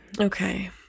Okay